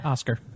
Oscar